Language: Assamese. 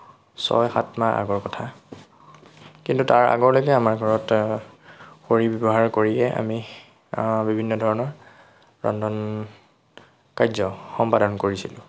ছয় সাত মাহ আগৰ কথা কিন্তু তাৰ আগলৈকে আমাৰ ঘৰত খৰিৰ ব্যৱহাৰ কৰিয়ে আমি বিভিন্ন ধৰণৰ ৰন্ধন কাৰ্য সম্পাদন কৰিছিলোঁ